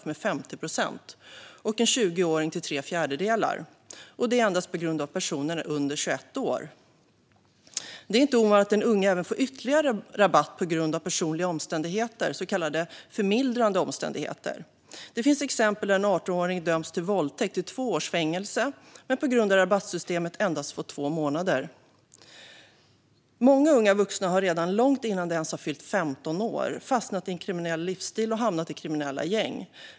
Den som är 18 år får 50 procent av straffet, och en 20-åring får tre fjärdedelar. Så är det endast på grund av att de är under 21 år. Det är inte ovanligt att den unge även får ytterligare rabatt på grund av personliga omständigheter, så kallade förmildrande omständigheter. Det finns exempel där en 18-åring dömts för våldtäkt till två års fängelse men på grund av rabattsystemet endast fått två månaders fängelse. Det är många unga vuxna som redan långt innan de ens fyllt 15 år fastnat i en kriminell livsstil och hamnat i kriminella gäng.